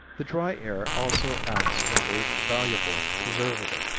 the dry air also acts as a valuable preservative.